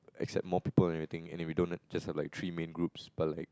accept more people and everything and then we don't just have three main groups but like